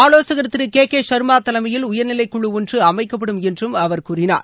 ஆலோசகர் திரு K K Sharma தலைமயில் உயர்நிலைக்குழு ஒன்று அமைக்கப்படும் என்று அவர் கூறினார்